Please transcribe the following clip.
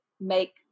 make